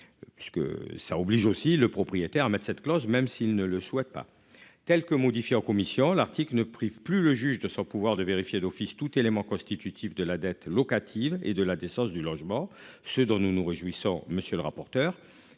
ça oblige aussi le propriétaire. Mais cette clause, même s'il ne le souhaite pas, telle que modifiée en commission l'article ne prive plus le juge de son pouvoir de vérifier d'office tout élément constitutif de la dette locative et de la décence du logement. Ce dont nous nous réjouissons, monsieur le rapporteur.